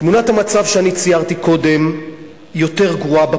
תמונת המצב שאני ציירתי קודם יותר גרועה בפריפריה,